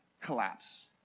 collapse